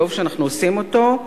טוב שאנחנו עושים אותו.